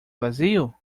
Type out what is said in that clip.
vazio